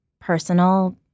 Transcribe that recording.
personal